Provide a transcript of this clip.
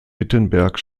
wittenberg